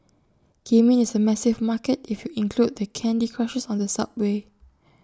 gaming is A massive market if you include the candy Crushers on the subway